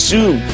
Zoom